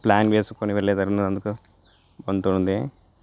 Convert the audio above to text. plan వేసుకుని వెళ్లే దారినందు కొంతమంది